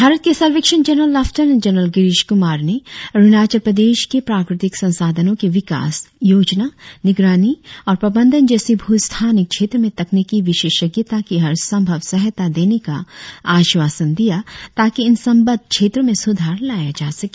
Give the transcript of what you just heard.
भारत के सर्वक्षण general lieutenant general Girish Kumar ने अरुणाचल प्रदेश के प्राकृतिक संसाधनों के विकास योजना निगरानी और प्रबंधन जैसी भू स्थानिक क्षेत्र में तकनिकी विशेषज्ञता की हर संभव सहायता देने का आश्वासन दिया ताकि इन संबंद्व क्षेत्रों में सुधार लाया जा सके